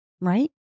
Right